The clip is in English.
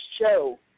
show